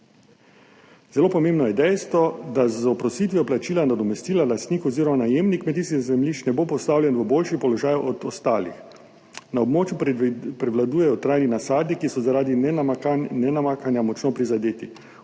Zelo pomembno je dejstvo, da z oprostitvijo plačila nadomestila lastnik oziroma najemnik kmetijskih zemljišč ne bo postavljen v boljši položaj od ostalih. Na območju prevladujejo trajni nasadi, ki so zaradi nenamakanja močno prizadeti.